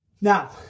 Now